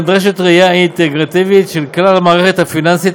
אלא נדרשת ראייה אינטגרטיבית של כלל המערכת הפיננסית,